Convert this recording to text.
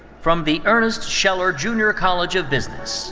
from the earnest scheller jr. college of business,